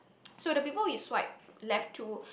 so the people you swipe left to